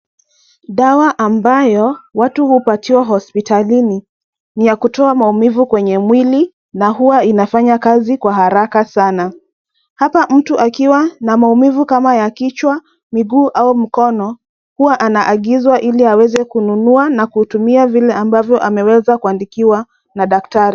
Dawa ambayo watu hupatiwa hospitalini. Ni ya kutoa maumivu kwenye mwili, na huwa inafanya kazi kwa haraka sana. Hapa mtu akiwa na maumivu kama ya kichwa, miguu au mkono, huwa anaagizwa ili aweze kununua na kutumia vile ambavyo ameweza kuandikiwa na daktari.